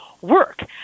work